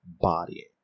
body